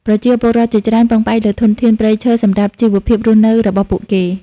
ប្រជាពលរដ្ឋជាច្រើនពឹងផ្អែកលើធនធានព្រៃឈើសម្រាប់ជីវភាពរស់នៅរបស់ពួកគេ។